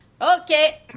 Okay